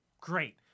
Great